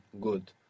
Good